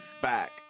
back